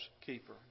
keeper